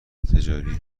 تجاری